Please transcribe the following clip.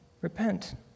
repent